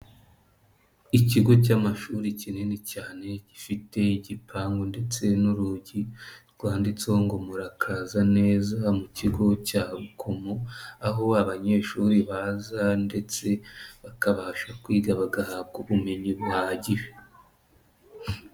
Ikigo cy'amashuri kinini cyane gifite igipangu ndetse n'urugi rwanditseho ngo murakaza neza mu kigo cya Rukomo, aho abanyeshuri baza ndetse bakabasha kwiga bagahabwa ubumenyi buhagije.